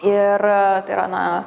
ir tai yra na